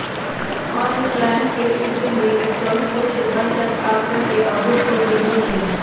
online के इ जुग में इलेक्ट्रॉनिक रूप से धन के स्थानान्तरण में अभूतपूर्व वृद्धि भेल हइ